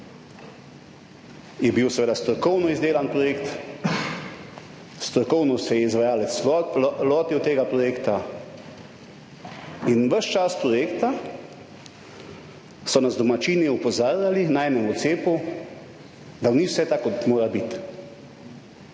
je bil seveda strokovno izdelan projekt, strokovno se je izvajalec lotil tega projekta in ves čas projekta so nas domačini opozarjali na enem odcepu, da ni vse tako, kot mora biti.